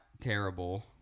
terrible